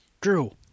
Drew